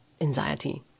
anxiety